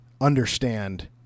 understand